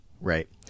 Right